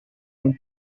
non